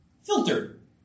filtered